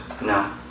No